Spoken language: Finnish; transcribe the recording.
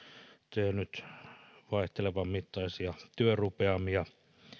tehnyt vaihtelevan mittaisia työrupeamia